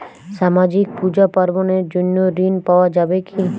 সামাজিক পূজা পার্বণ এর জন্য ঋণ পাওয়া যাবে কি?